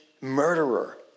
murderer